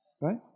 Right